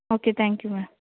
okay thank you ma'am